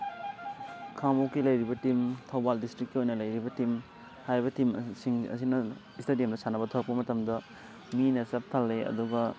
ꯈꯥꯉꯕꯣꯛꯀꯤ ꯂꯩꯔꯤꯕ ꯇꯤꯝ ꯊꯧꯕꯥꯜ ꯗꯤꯁꯇ꯭ꯔꯤꯛꯀꯤ ꯑꯣꯏꯅ ꯂꯩꯔꯤꯕ ꯇꯤꯝ ꯍꯥꯏꯔꯤꯕ ꯇꯤꯝꯁꯤꯡ ꯑꯁꯤꯅ ꯏꯁꯇꯦꯗꯤꯌꯝꯗ ꯁꯥꯟꯅꯕ ꯊꯣꯛꯂꯛꯄ ꯃꯇꯝꯗ ꯃꯤꯅ ꯆꯞ ꯊꯜꯂꯤ ꯑꯗꯨꯒ